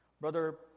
Brother